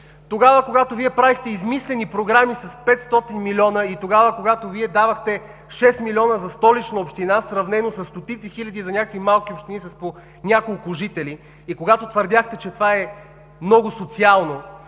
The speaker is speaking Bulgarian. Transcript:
Тогава, когато правихте измислени програми с 500 милиона и когато давахте 6 милиона за Столичната община, сравнено със стотици хиляди за няколко малки общини с няколко жители, и когато твърдяхте, че това е много социално,